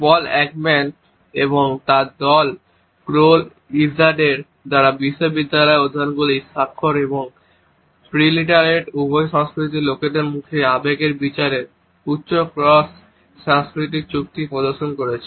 পল Ekman এবং তার দল এবং ক্রোল ইজার্ডের দ্বারা বিশ্ববিদ্যালয় অধ্যয়নগুলি সাক্ষর এবং প্রিলিটারেট উভয় সংস্কৃতির লোকেদের মুখে আবেগের বিচারে উচ্চ ক্রস সাংস্কৃতিক চুক্তি প্রদর্শন করেছে